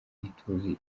ntituzi